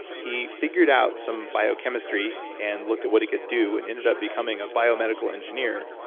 he figured out some biochemistry, and looked at what he could do, and ended up becoming a biomedical engineer,